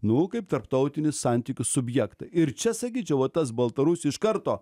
nu kaip tarptautinį santykių subjektą ir čia sakyčiau va tas baltarusių iš karto